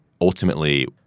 ultimately